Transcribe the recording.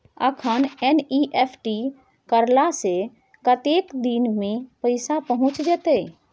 अखन एन.ई.एफ.टी करला से कतेक दिन में पैसा पहुँच जेतै?